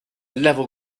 level